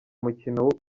mukino